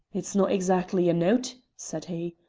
it's no' exactly a note, said he,